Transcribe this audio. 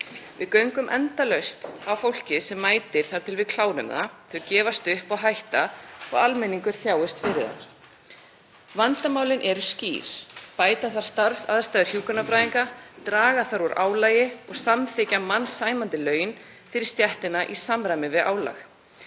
Við göngum endalaust á fólkið sem mætir þar til við klárum það, þau gefast upp og hætta og almenningur þjáist fyrir það. Vandamálin eru skýr: Bæta þarf starfsaðstæður hjúkrunarfræðinga, draga þarf úr álagi og samþykkja mannsæmandi laun fyrir stéttina í samræmi við álag.